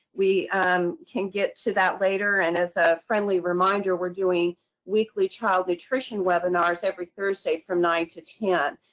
we um can get to that later, and as a friendly reminder we're doing weekly child nutrition webinars every thursday from nine zero to ten